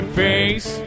face